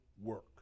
work